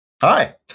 Hi